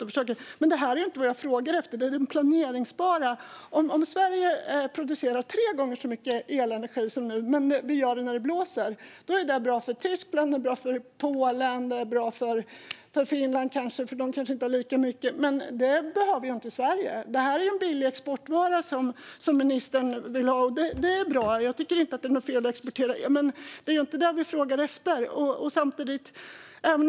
Men det är inte detta jag frågar efter, utan jag frågar efter det planerbara. Om Sverige producerar tre gånger så mycket elenergi som nu när det blåser är det bra för Tyskland, Polen och Finland, men Sverige behöver inte den mängden. Det är en billig exportvara för ministern. Det är bra, och det är inte fel att exportera el. Men jag frågar inte efter detta.